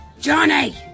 Johnny